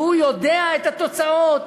והוא יודע את התוצאות.